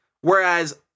whereas